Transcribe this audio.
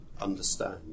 understand